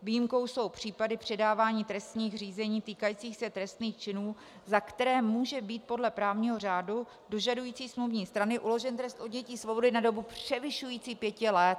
Výjimkou jsou případy předávání trestních řízení týkajících se trestných činů, za které může být podle právního řádu dožadující smluvní strany uložen trest odnětí svobody na dobu převyšující pěti let.